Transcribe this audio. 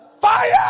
Fire